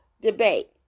debate